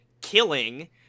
killing